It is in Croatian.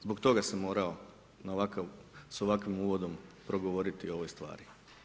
Zbog toga sam moramo sa ovakvim uvodom progovoriti o ovoj stvari.